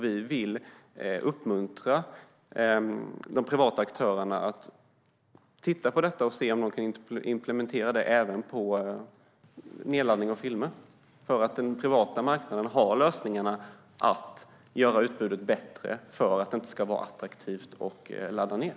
Vi vill uppmuntra de privata aktörerna att titta på det och se om de kan implementera det även när det gäller nedladdning av filmer. Den privata marknaden har lösningarna för att göra utbudet bättre så att det inte ska vara attraktivt att ladda ned.